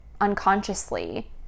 unconsciously